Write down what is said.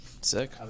Sick